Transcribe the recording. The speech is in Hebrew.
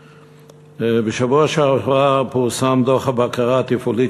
בשבוע שעבר פורסם דוח הבקרה התפעולית